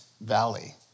valley